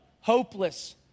hopeless